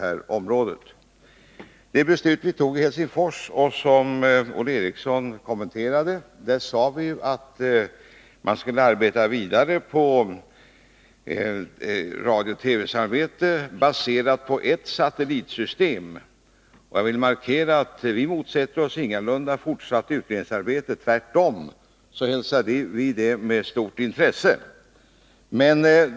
Beträffande det beslut som fattades i Helsingfors och som Olle Eriksson kommenterade, sade vi att man skulle arbeta vidare på frågan om ett radiooch TV-samarbete baserat på ett satellitsystem. Jag vill markera att vi ingalunda motsätter oss ett fortsatt utredningsarbete. Tvärtom har vi stort intresse för ett sådant.